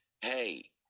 Hey